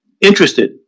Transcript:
interested